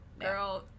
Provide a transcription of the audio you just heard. Girl